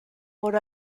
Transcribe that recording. por